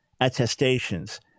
attestations